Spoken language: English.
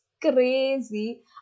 crazy